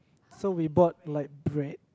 so we bought like bread